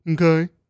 okay